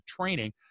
training